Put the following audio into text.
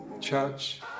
Church